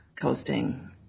coasting